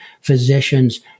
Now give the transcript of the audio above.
physicians